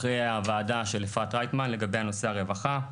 אחרי הוועדה של אפרת רייטן לגבי נושא הרווחה,